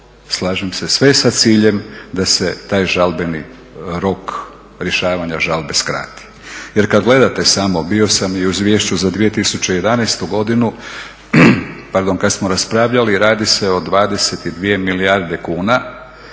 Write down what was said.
slažem se, sve sa ciljem da se taj žalbeni rok rješavanja žalbe skrati. Jer kada gledate samo bio sam i u izvješću za 2011.godinu kada smo raspravlja radi se o 22 milijarde kuna,